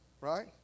Right